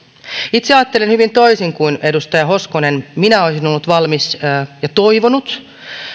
itse ajattelen hyvin toisin kuin edustaja hoskonen minä olisin ollut valmis ja toivonut